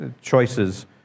choices